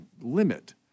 limit